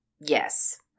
Yes